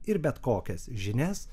ir bet kokias žinias